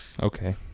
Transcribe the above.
Okay